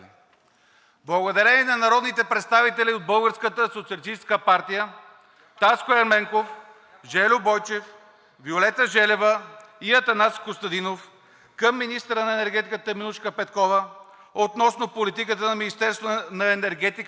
Благодарение на народните представители от Българската социалистическа партия Таско Ерменков, Желю Бойчев, Виолета Желева и Атанас Костадинов към министъра на енергетиката Теменужка Петкова относно политиката на Министерството на енергетиката